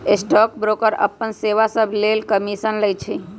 stock broker अप्पन सेवा सभके लेल कमीशन लइछइ